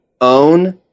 own